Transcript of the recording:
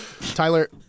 Tyler